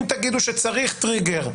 אם תגידו שצריך טריגר,